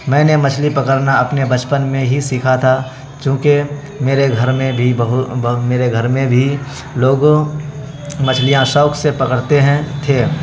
میں نے مچھلی پکڑنا اپنے بچپن میں ہی سیکھا تھا چونکہ میرے گھر میں بھی بہ میرے گھر میں بھی لوگوں مچھلیاں شوق سے پکڑتے ہیں تھے